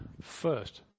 first